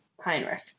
Heinrich